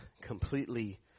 completely